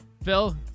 Phil